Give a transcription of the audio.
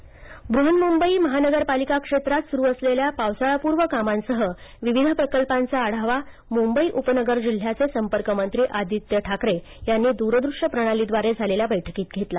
आदित्य ठाकरे ब्रहन्मुंबई महानगरपालिका क्षेत्रात सुरु असलेल्या पावसाळापूर्व कामांसह विविध प्रकल्पांचा आढावा मुंबई उपनगर जिल्ह्याये संपर्कमंत्री आदित्य ठाकरे यांनी दूरदूश्य प्रणालीद्वारे झालेल्या बैठकीत घेतला